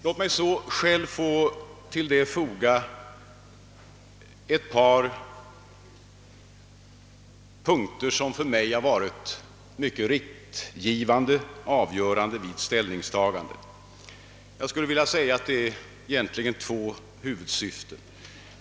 Låt mig härtill få foga ett par synpunkter som för mig har varit mycket avgörande vid ställningstagandet. Egentligen finns det två huvudsyften för reformen.